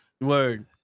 Word